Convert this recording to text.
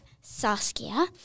Saskia